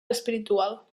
espiritual